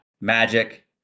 magic